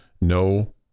no